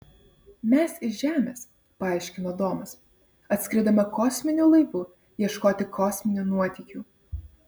mes iš žemės paaiškino domas atskridome kosminiu laivu ieškoti kosminių nuotykių